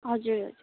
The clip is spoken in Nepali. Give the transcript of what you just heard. हजुर